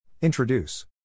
Introduce